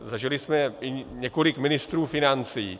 Zažili jsme i několik ministrů financí.